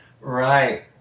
Right